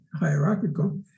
hierarchical